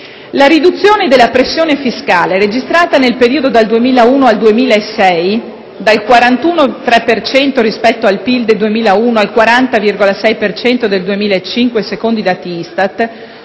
la riduzione della pressione fiscale registrata nel periodo dal 2001 al 2006 (dal 41,3 per cento rispetto al PIL del 2001 al 40,6 per cento del 2005 secondo i dati ISTAT),